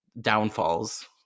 downfalls